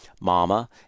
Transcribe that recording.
Mama